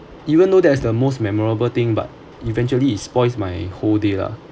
even though that is the most memorable thing but eventually it spoils my whole day lah